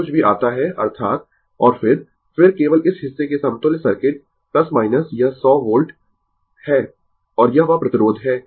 जो कुछ भी आता है अर्थात और फिर फिर केवल इस हिस्से के समतुल्य सर्किट यह 100 वोल्ट है और यह वह प्रतिरोध है